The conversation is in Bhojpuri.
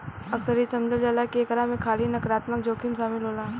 अक्सर इ समझल जाला की एकरा में खाली नकारात्मक जोखिम शामिल होला